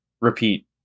repeat